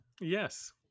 Yes